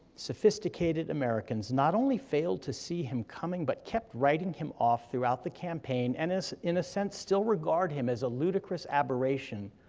sophisticated americans not only failed to see him coming, but kept writing him off throughout the campaign, and in a sense still regard him as a ludicrous aberration,